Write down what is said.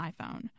iPhone